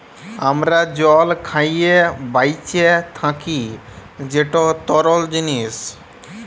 আমরা জল খাঁইয়ে বাঁইচে থ্যাকি যেট তরল জিলিস